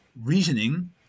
reasoning